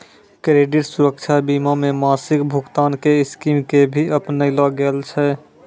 credit सुरक्षा बीमा मे मासिक भुगतान के स्कीम के भी अपनैलो गेल छै